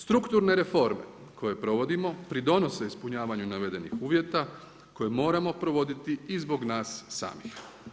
Strukturne reforme koje provodimo pridonose ispunjavanju navedenih uvjeta koje moramo provoditi i zbog nas samih.